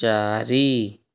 ଚାରି